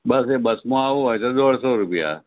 બસ એ બસમાં આવવું હોય તો દોઢસો રૂપિયા